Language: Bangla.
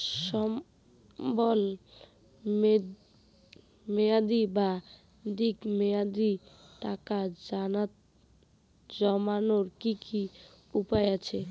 স্বল্প মেয়াদি বা দীর্ঘ মেয়াদি টাকা জমানোর কি কি উপায় আছে?